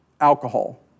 alcohol